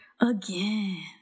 Again